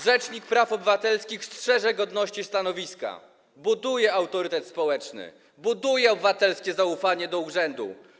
Rzecznik praw obywatelskich strzeże godności stanowiska, buduje autorytet społeczny, buduje obywatelskie zaufanie do urzędu.